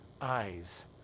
eyes